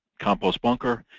compost bunker.